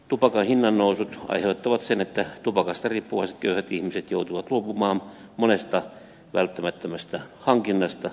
tupakan hinnannousut aiheuttavat sen että tupakasta riippuvaiset köyhät ihmiset joutuvat luopumaan monesta välttämättömästä hankinnasta